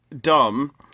dumb